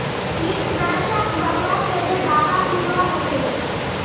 कीटनाशक मरवार तने दाबा दुआहोबे?